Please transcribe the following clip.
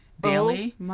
daily